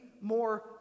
more